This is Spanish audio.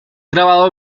grabado